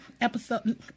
episode